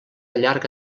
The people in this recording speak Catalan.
llarga